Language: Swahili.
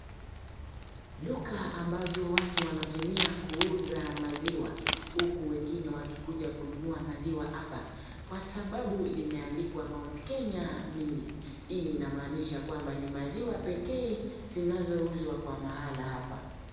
Duka ambazo watu wanatumia kuuza maziwa huku wengine wakikuja kununua maziwa hapa kwa sababu limeandikwa Mount Kenya Milk . Hii inamaanisha kuwa ni maziwa pekee zinazouzwa kwa mahala hapa.